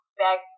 back